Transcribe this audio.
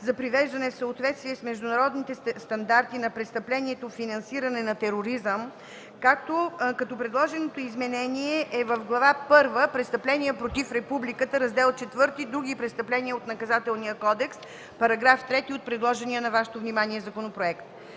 за привеждане в съответствие с международните стандарти на престъплението „Финансиране на тероризъм”, като предложеното изменение е в Глава първа – „Престъпление против Републиката”, Раздел IV – „Други престъпления от Наказателния кодекс”, § 3 от предложения на Вашето внимание законопроект.